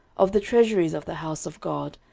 of the treasuries of the house of god,